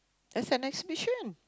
as an exhibition